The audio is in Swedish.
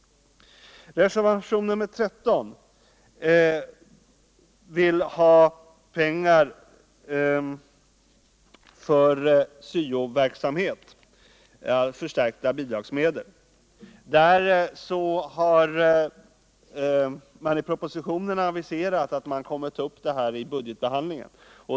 I reservationen 13 yrkas på förstärkta bidragsmedel för syo-verksamhet. Det har i propositionen aviserats att man kommer att ta upp detta i budgetbehandlingen.